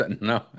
No